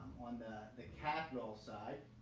on the the capital side.